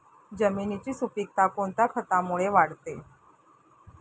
जमिनीची सुपिकता कोणत्या खतामुळे वाढते?